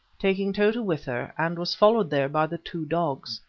taking tota with her, and was followed there by the two dogs.